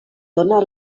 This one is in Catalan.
dóna